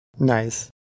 Nice